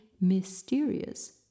mysterious